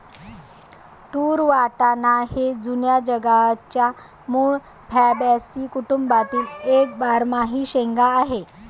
तूर वाटाणा हे जुन्या जगाच्या मूळ फॅबॅसी कुटुंबातील एक बारमाही शेंगा आहे